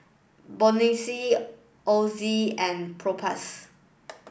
Bonjela Oxy and Propass